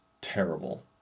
terrible